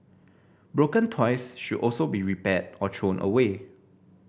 broken toys should also be repaired or thrown away